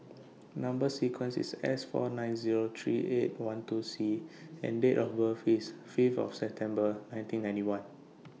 Number sequence IS S four nine Zero three eight one two C and Date of birth IS five of September nineteen ninety one